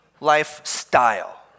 lifestyle